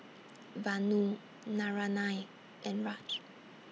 Vanu Naraina and Raj